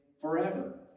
forever